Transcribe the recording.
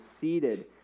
seated